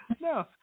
No